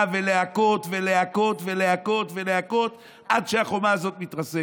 ולהכות ולהכות ולהכות ולהכות עד שהחומה הזאת מתרסקת.